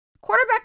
Quarterback